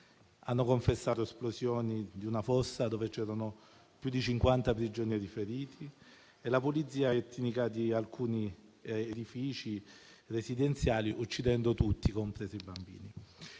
Hanno confessato anche l'esplosione di una fossa dove c'erano più di 50 prigionieri feriti e la pulizia etnica di alcuni edifici residenziali, uccidendo tutti, compresi i bambini.